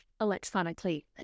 electronically